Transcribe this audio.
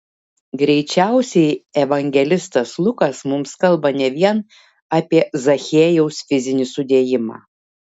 greičiausiai evangelistas lukas mums kalba ne vien apie zachiejaus fizinį sudėjimą